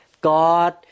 God